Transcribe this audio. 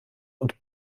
und